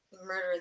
murder